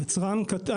יצרן קטן